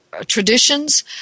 traditions